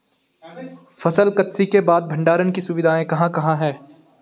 फसल कत्सी के बाद भंडारण की सुविधाएं कहाँ कहाँ हैं?